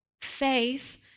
Faith